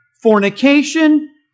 fornication